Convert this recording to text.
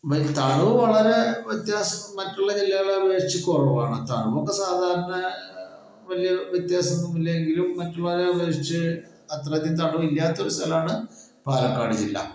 വളരെ വ്യത്യാസം മറ്റുള്ള ജില്ലകളെ അപേക്ഷിച്ച് കുറവാണ് തണുപ്പ് ഒക്കെ സാധാരണ വലിയ വ്യത്യാസം ഒന്നുമില്ല എങ്കിലും മറ്റുള്ളവരെ അപേക്ഷിച്ച് അത്രയധികം തണു ഇല്ലാത്ത ഒരു സ്ഥലമാണ് പാലക്കാട് ജില്ല